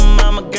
mama